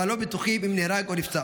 אבל לא בטוחים אם נהרג או נפצע.